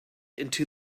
into